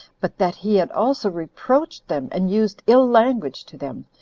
but that he had also reproached them, and used ill language to them,